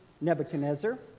Nebuchadnezzar